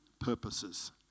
purposes